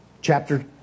chapter